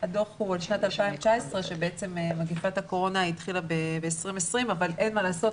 הוא על שנת 2019 כשבעצם מגפת הקורונה החלה ב-2020 אבל אין מה לעשות,